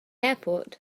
airport